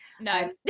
No